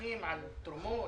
הנסמכים על תרומות